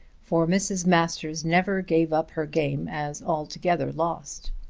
for mrs. masters never gave up her game as altogether lost.